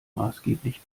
maßgeblich